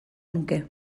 nuke